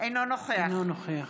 אינו נוכח